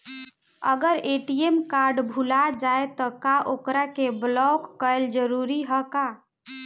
अगर ATM card भूला जाए त का ओकरा के बलौक कैल जरूरी है का?